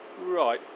Right